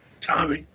Tommy